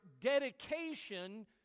dedication